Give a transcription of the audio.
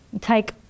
take